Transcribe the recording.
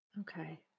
Okay